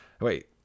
Wait